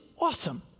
awesome